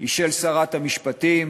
היא של שרת המשפטים,